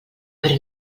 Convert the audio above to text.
però